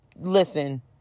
Listen